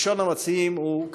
ראשון המציעים הוא,